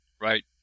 right